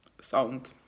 sound